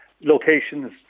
locations